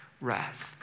rest